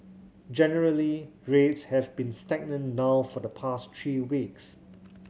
generally rates have been stagnant now for the past three weeks